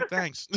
Thanks